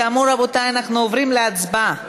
כאמור, רבותי, אנחנו עוברים להצבעה.